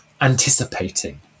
anticipating